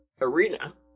arena